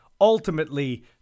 ultimately